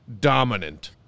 dominant